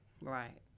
Right